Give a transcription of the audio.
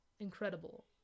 Incredible